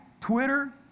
Twitter